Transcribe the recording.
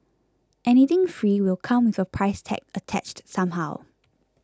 anything free will come with a price tag attached somehow